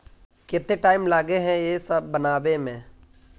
केते टाइम लगे है ये सब बनावे में?